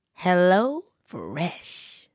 HelloFresh